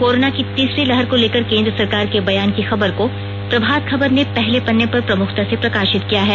corona की तीसरी लहर को लेकर केंद्र सरकार के बयान की खबर को प्रभात खबर ने पहले पन्ने पर प्रमुखता से प्रकाशित किया है